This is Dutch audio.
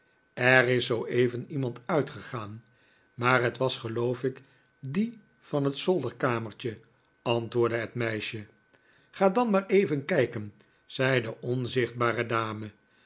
er is zooeven iemand uitgegaan maar het was geloof ik die van het zolderkamertje antwoordde het meisje ga dan maar even kijken zei de onzichtbare dame